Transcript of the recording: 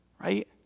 Right